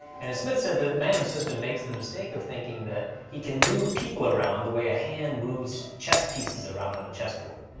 and as smith said, the man of system makes the mistake of thinking that he can move people around the way a hand moves chess pieces around on a chess board.